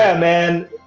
ah man,